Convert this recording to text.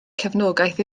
cefnogaeth